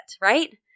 right